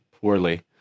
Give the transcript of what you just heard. poorly